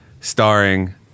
starring